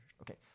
Okay